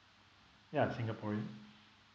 ya singaporean